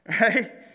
right